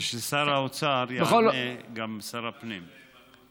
כששר האוצר יענה, גם שר הפנים.